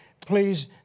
please